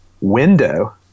window